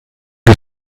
die